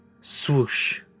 Swoosh